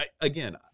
again